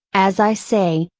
as i say,